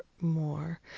more